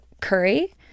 curry